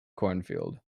coldfield